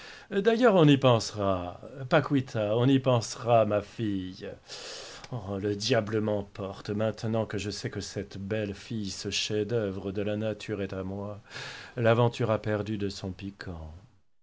d'ailleurs on y pensera paquita on y pensera ma fille le diable m'emporte maintenant que je sais que cette belle fille ce chef-d'œuvre de la nature est à moi l'aventure a perdu de son piquant